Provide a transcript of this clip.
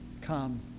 Come